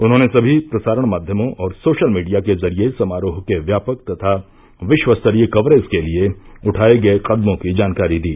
उन्होंने सभी प्रसारण माध्यमों और सोशल मीडिया के जरिए समारोह के व्यापक तथा विश्व स्तरीय कवरेज के लिए उठाए गए कदमों की जानकारी दी